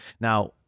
Now